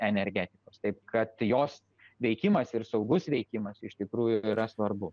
energetikos taip kad jos veikimas ir saugus veikimas iš tikrųjų yra svarbu